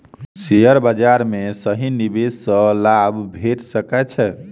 share बाजार में सही निवेश सॅ लाभ भेट सकै छै